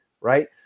right